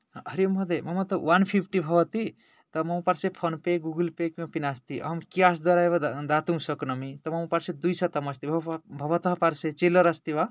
हरि ओं महोदय मम तु वोन् फिफ्टि भवति मम पार्श्वे फोन् पे गूगुल् पे किमपि नास्ति अहं केश् द्वारा एव दातुं शक्नोमि अत्र मम पार्श्वे द्विशतम् अस्ति भवत पार्श्वे चिल्लर् अस्ति वा